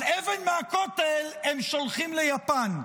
אז אבן מהכותל הם שולחים ליפן,